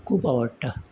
आवडटा